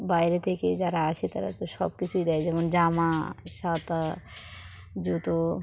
বাইরে থেকে যারা আসে তারা তো সব কিছুই দেয় যেমন জামা ছাতা জুতো